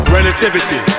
Relativity